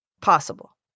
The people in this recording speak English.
Possible